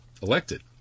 elected